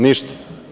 Ništa.